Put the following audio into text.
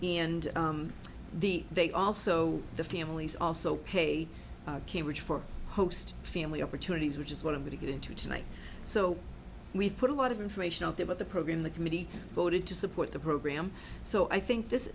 and the they also the families also pay cambridge for host family opportunities which is what i'm going to get into tonight so we've put a lot of information out there but the program the committee voted to support the program so i think this